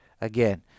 again